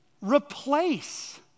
replace